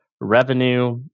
revenue